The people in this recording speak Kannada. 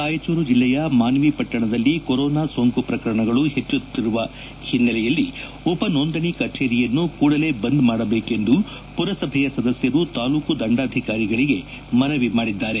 ರಾಯಚೂರು ಜಿಲ್ಲೆಯ ಮಾನ್ವಿ ಪಟ್ಟಣದಲ್ಲಿ ಕೊರೋನಾ ಸೋಂಕು ಪ್ರಕರಣಗಳು ಹೆಚ್ಚಾಗುತ್ತಿರುವ ಹಿನ್ನೆ ಲೆಯಲ್ಲಿ ಉಪನೋಂದಣಿ ಕಚೇರಿಯನ್ನು ಕೂಡಲೇ ಬಂದ್ ಮಾಡಬೇಕೆಂದು ಪುರಸಭೆಯ ಸದಸ್ಯರು ತಾಲೂಕು ದಂಡಾಧಿಕಾರಿಗಳಿಗೆ ಮನವಿ ಮಾಡಿದ್ದಾರೆ